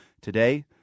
Today